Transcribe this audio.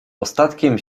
ostatkiem